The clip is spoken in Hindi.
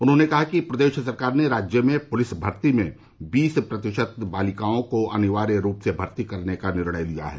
उन्होंने कहा कि प्रदेश सरकार ने राज्य में पुलिस भर्ती में बीस प्रतिशत बालिकाओं को अनिवार्य रूप से भर्ती किए जाने का निर्णय लिया है